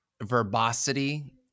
verbosity